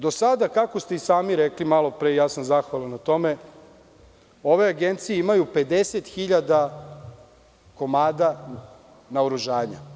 Do sada, kako ste i sami rekli malopre, ja sam zahvalan na tome, ove agencije imaju 50.000 komada naoružanja.